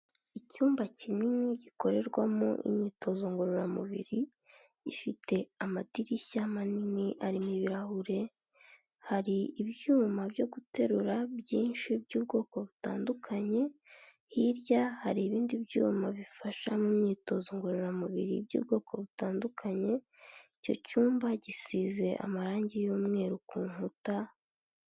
Icyumba kinini gikorerwamo imyitozo ngororamubiri ifite amadirishya manini arimo ibirahure, hari ibyuma byo guterura byinshi by'ubwoko butandukanye hirya hari ibindi byuma bifasha mu myitozo ngororamubiri by'ubwoko butandukanye icyo cyumba gisize amarangi y'umweru ku nkuta.